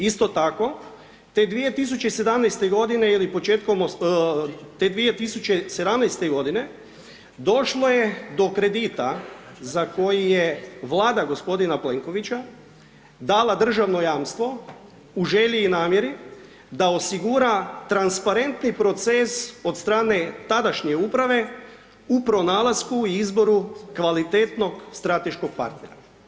Isto tako, te 2017.-te godine ili početkom te 2017.-te godine, došlo je do kredita za koji je Vlada g. Plenkovića dala državno jamstvo u želji i namjeri da osigura transparentni proces od strane tadašnje uprave, u pronalasku i izboru kvalitetnog strateškog partnera.